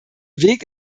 weg